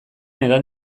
edan